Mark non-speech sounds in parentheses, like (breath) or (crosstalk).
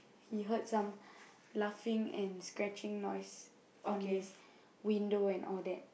he heard some (breath) laughing and scratching noise on his window and all that